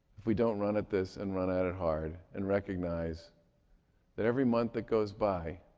if we don't run at this and run at it hard and recognize that every month that goes by,